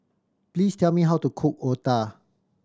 please tell me how to cook otah